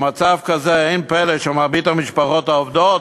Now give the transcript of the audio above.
במצב כזה אין פלא שמרבית המשפחות העובדות,